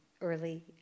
early